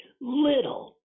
little